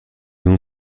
اون